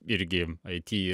irgi it